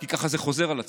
כי ככה זה חוזר על עצמו.